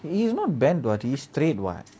it is not bent [what] it is straight [what]